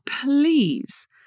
please